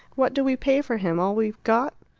what do we pay for him? all we've got?